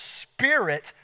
spirit